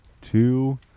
two